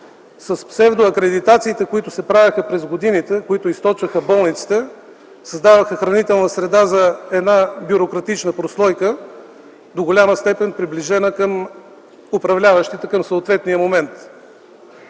с псевдоакредитациите, които се правеха през годините, които източваха болниците, създаваха хранителна среда за една бюрократична прослойка, до голяма степен приближена към управляващите към съответния момент?